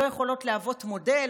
לא יכולות להוות מודל?